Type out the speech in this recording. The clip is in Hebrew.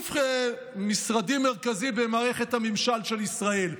גוף משרדי מרכזי במערכת הממשל של ישראל.